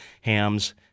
hams